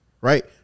right